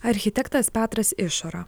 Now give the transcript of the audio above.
architektas petras išora